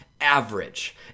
average